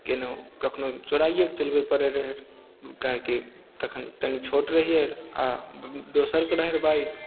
केनाहु कखनो चोराइये कऽ चलबऽ पड़य रहय काहे कि तखन कनी छोट रहियै आओर दोसरके रहय बाइक